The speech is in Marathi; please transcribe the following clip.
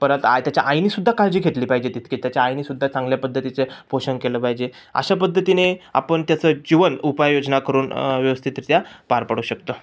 परत आ त्याच्या आईनेसुद्धा काळजी घेतली पाहिजे तितके त्याच्या आईनेसुद्धा चांगल्या पद्धतीचं पोषण केलं पाहिजे अशा पद्धतीने आपण त्याचं जीवन उपाययोजना करून व्यवस्थितरित्या पार पाडू शकतो